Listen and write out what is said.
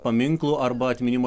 paminklų arba atminimo